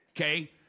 Okay